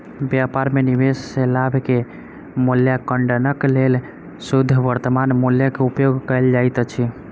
व्यापार में निवेश सॅ लाभ के मूल्याङकनक लेल शुद्ध वर्त्तमान मूल्य के उपयोग कयल जाइत अछि